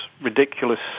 ridiculous